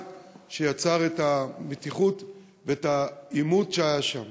יצר את המתיחות ואת העימות שהיה שם.